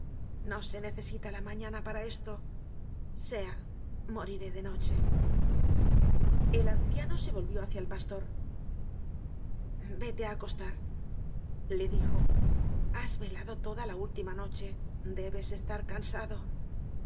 no se necesita la mañana para esto sea moriré de noche el anciano se volvió hacia el pastor vete á acostar le dijo has velado toda la última noche debes de estar cansado el